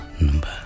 number